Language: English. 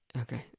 Okay